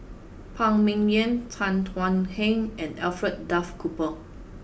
Phan Ming Yen Tan Thuan Heng and Alfred Duff Cooper